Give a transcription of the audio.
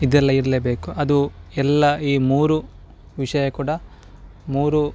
ಇದೆಲ್ಲ ಇರಲೇಬೇಕು ಅದು ಎಲ್ಲ ಈ ಮೂರು ವಿಷಯ ಕೂಡ ಮೂರು